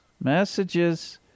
messages